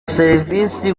serivi